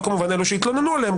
לא כמובן אלו שהתלוננו עליהם,